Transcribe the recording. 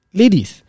ladies